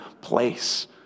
place